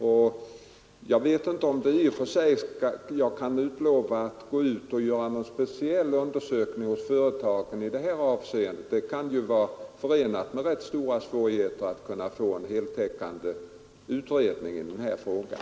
Men jag vet inte om jag i och för sig kan lova att gå ut och göra någon speciell undersökning hos företagen; det kan ju vara förenat med rätt stora svårigheter att få en heltäckande utredning i den här frågan.